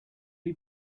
you